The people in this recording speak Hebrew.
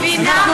מבינה מעולה.